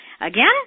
Again